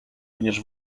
będziesz